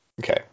Okay